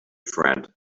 friend